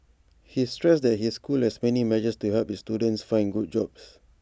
he stressed that his school has many measures to help its students find good jobs